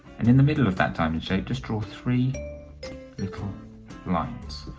and in the middle of that diamond shape draw three little lines.